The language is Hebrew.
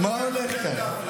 מה הולך כאן?